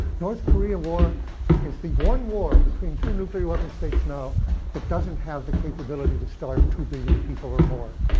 north korea war is the one war between two nuclear weapons states now that doesn't have the capability to starve two billion people or more,